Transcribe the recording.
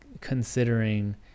considering